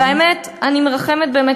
והאמת, אני מרחמת באמת.